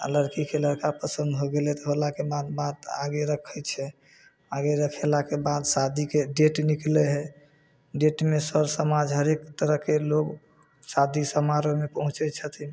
आओर लड़कीके लड़का पसन्द हो गेलै तऽ होलाके बाद बात आगे रखै छै आगे रखेलाके बाद शादीके डेट निकलै हइ डेटमे सर समाज हरेक तरहके लोक शादी समारोहमे पहुँचै छथिन